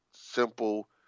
simple